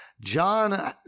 John